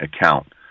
account